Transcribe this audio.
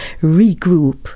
regroup